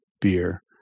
beer